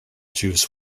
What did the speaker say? juice